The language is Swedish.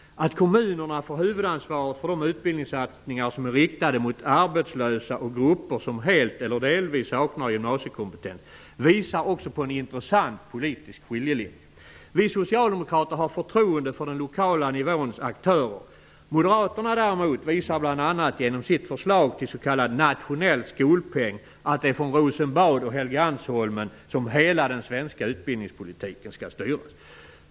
Att kommunerna får huvudansvaret för de utbildningssatsningar som är riktade mot arbetslösa och grupper som helt eller delvis saknar gymnasiekompetens visar också på en intressant politisk skiljelinje. Vi socialdemokrater har förtroende för den lokala nivåns aktörer. Moderaterna däremot visar bl.a. genom sitt förslag till s.k. nationell skolpeng att det är från Rosenbad och Helgeandsholmen som hela den svenska utbildningspolitiken skall styras.